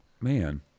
Man